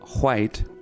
white